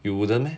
you wouldn't